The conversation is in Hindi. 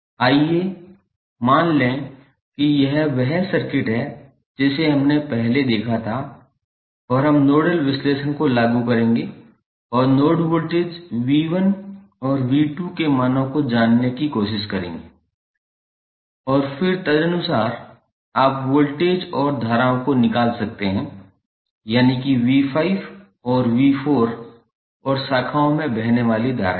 आइए मान लें कि यह वह सर्किट है जिसे हमने पहले देखा था और हम नोडल विश्लेषण को लागू करेंगे और नोड वोल्टेज V1 और 𝑉2 के मानों को जानने की कोशिश करेंगे और फिर तदनुसार आप वोल्टेज और धाराओं को निकाल सकते हैं यानिकि 𝑉5 और 𝑉4 और शाखाओं में बहने वाली धाराएँ